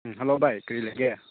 ꯎꯝ hello ꯚꯥꯏ ꯀꯔꯤ ꯂꯩꯒꯦ